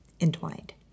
entwined